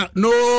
no